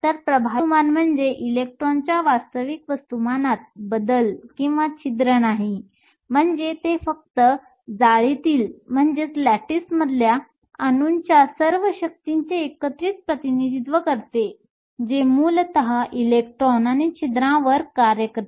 तर प्रभावी वस्तुमान म्हणजे इलेक्ट्रॉनच्या वास्तविक वस्तुमानात बदल किंवा छिद्र नाही म्हणजे ते फक्त जाळीतील अणूंच्या सर्व शक्तींचे एकत्रित प्रतिनिधित्व करते जे मूलतः इलेक्ट्रॉन आणि छिद्रांवर कार्य करते